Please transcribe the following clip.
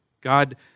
God